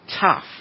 tough